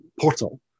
portal